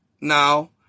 now